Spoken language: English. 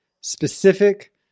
specific